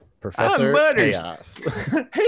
Professor